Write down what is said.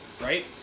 Right